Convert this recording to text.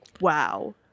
wow